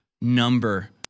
number